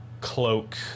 cloak